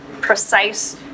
precise